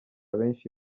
benshi